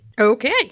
Okay